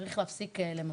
צריך להפסיק למסמס.